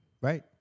Right